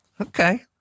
Okay